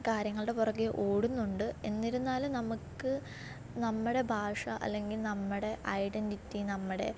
കാര്യങ്ങളുടെ പുറകെ ഓടുന്നുണ്ട് എന്നിരുന്നാലും നമുക്ക് നമ്മുടെ ഭാഷ അല്ലെങ്കിൽ നമ്മുടെ ഐഡന്റിറ്റി നമ്മുടെ